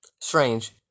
Strange